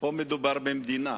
ופה מדובר במדינה.